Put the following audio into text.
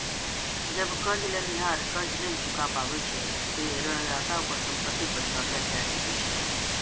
जब कर्ज लेनिहार कर्ज नहि चुका पाबै छै, ते ऋणदाता ओकर संपत्ति पर कब्जा कैर सकै छै